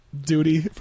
duty